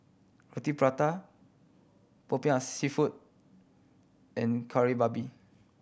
Roti Prata Popiah Seafood and Kari Babi